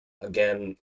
again